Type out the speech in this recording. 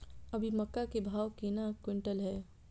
अभी मक्का के भाव केना क्विंटल हय?